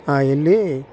వెళ్ళి